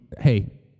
Hey